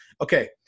Okay